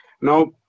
Now